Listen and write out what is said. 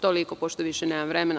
Toliko, pošto više nemam vremena.